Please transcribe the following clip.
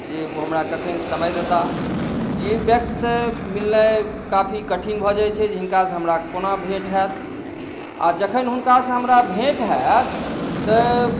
जे ओ हमरा कखन समय देताह जाहि व्यक्ति से मिलनाइ काफी कठिन भऽ जाइत छै जे हिनका से हमरा कोना भेँट होयत आ जखन हुनकासँ हमरा भेँट होयत तऽ